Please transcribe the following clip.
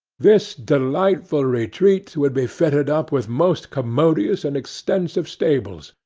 this delightful retreat would be fitted up with most commodious and extensive stables,